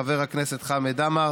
חבר הכנסת חמד עמאר,